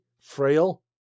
frail